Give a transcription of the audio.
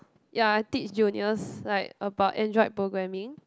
ya I teach juniors like about android programming